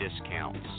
discounts